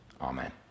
Amen